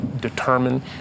determine